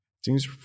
Seems